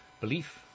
belief